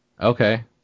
Okay